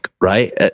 right